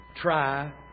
try